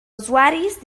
usuaris